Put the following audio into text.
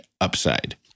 upside